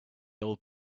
old